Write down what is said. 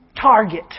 target